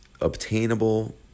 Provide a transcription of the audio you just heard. obtainable